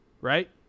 right